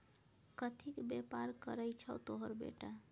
कथीक बेपार करय छौ तोहर बेटा?